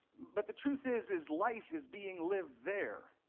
but the truth is is life is being lived there.